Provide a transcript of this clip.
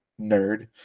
nerd